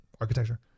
architecture